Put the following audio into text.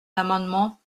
l’amendement